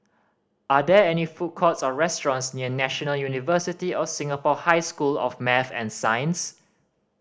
are there any food courts or restaurants near National University of Singapore High School of Math and Science